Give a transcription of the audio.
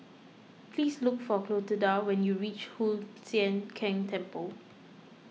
please look for Clotilda when you reach Hoon Sian Keng Temple